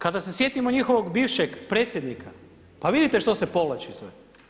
Kada se sjetimo njihovog bivšeg predsjednika, pa vidite što se povlači sve?